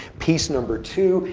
piece number two,